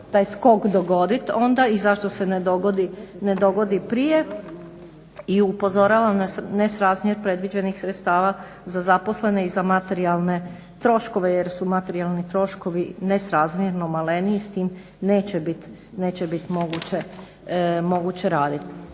taj skok dogodit onda i zašto se ne dogodi prije i upozorava na nesrazmjer predviđenih sredstava za zaposlene i za materijalne troškove jer su materijalni troškovi nesrazmjerno maleni i s tim neće bit moguće radit.